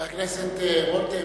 חבר הכנסת רותם,